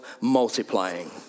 multiplying